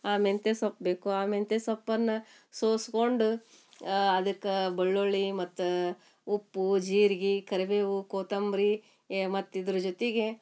ಆ ಮೆಂತ್ಯ ಸೊಪ್ಪು ಬೇಕು ಆ ಮೆಂತ್ಯ ಸೊಪ್ಪನ್ನು ಸೋಸ್ಕೊಂಡು ಅದಕ್ಕೆ ಬೆಳ್ಳುಳ್ಳಿ ಮತ್ತು ಉಪ್ಪು ಜೀರ್ಗೆ ಕರಿಬೇವು ಕೊತ್ತಂಬ್ರಿ ಎ ಮತ್ತು ಇದ್ರ ಜೊತೆಗೆ